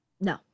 No